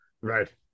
Right